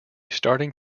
starting